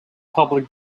public